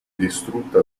distrutta